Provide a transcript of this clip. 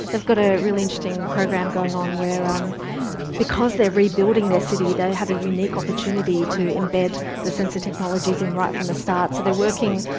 they've got a really interesting program going on where um because they're rebuilding their city they have a unique opportunity to embed the sensor technologies in right from the start. so they're working,